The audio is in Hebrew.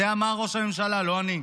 את זה אמר ראש הממשלה, לא אני.